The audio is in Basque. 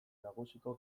nagusiko